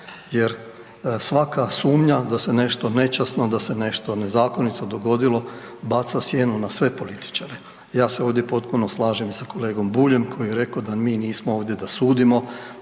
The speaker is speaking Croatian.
jer svaka sumnja da se nešto nečasno, da se nešto nezakonito dogodilo baca sjenu na sve političare. Ja se ovdje potpuno slažem i sa kolegom Buljem koji je rekao da mi nismo ovdje da sudimo,